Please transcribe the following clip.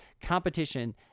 competition